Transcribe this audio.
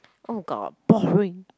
oh god boring